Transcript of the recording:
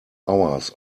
hours